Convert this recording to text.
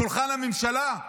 שולחן הממשלה,